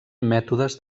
mètodes